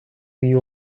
you